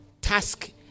task